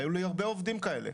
היו לי הרבה עובדים כאלה.